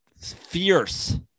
fierce